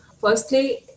firstly